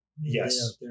Yes